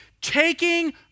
Taking